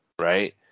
Right